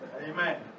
Amen